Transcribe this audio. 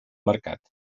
mercat